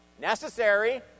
Necessary